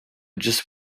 just